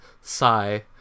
sigh